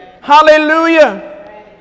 Hallelujah